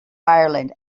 ireland